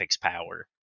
power